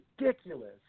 ridiculous